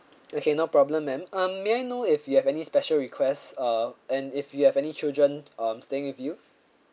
okay no problem ma'am uh may I know if you have any special requests uh and if you have any children um staying with you